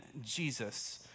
Jesus